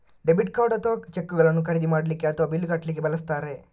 debit card ಅಥವಾ ಚೆಕ್ಗಳನ್ನು ಖರೀದಿ ಮಾಡ್ಲಿಕ್ಕೆ ಅಥವಾ ಬಿಲ್ಲು ಕಟ್ಲಿಕ್ಕೆ ಬಳಸ್ತಾರೆ